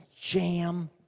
jam